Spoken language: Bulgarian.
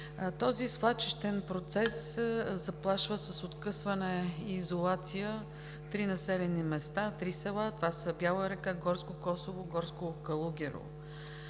Този свлачищен процес заплашва с откъсване и изолация три населени места, три села. Това са Бяла Река, Горско Косово, Горско Калугерово.